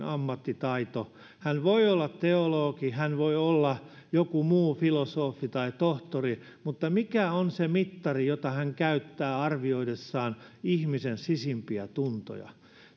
ammattitaito hän voi olla teologi hän voi olla joku muu filosofi tai tohtori mutta mikä on se mittari jota hän käyttää arvioidessaan ihmisen sisimpiä tuntoja